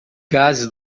gases